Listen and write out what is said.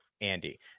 Andy